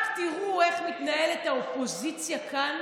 רק תראו איך מתנהלת האופוזיציה כאן